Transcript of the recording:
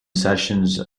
sessions